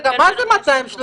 לטפל ב --- אבל